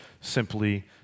simply